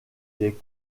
des